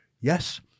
yes